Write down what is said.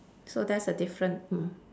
so there's a difference mm